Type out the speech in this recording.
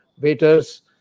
waiters